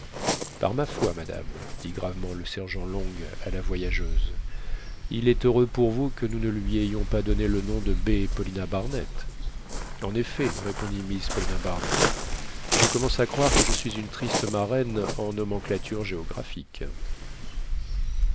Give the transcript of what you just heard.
par ma foi madame dit gravement le sergent long à la voyageuse il est heureux pour vous que nous ne lui ayons pas donné le nom de baie paulina barnett en effet répondit mrs paulina barnett et je commence à croire que je suis une triste marraine en nomenclature géographique